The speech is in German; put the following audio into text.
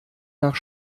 nach